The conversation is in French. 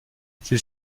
ses